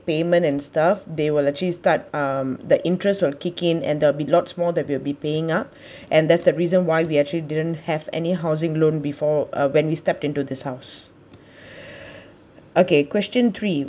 payment and stuff they will actually start um the interest will kick in and there will be lots more that we will be paying up and that's the reason why we actually didn't have any housing loan before uh when we stepped into this house okay question three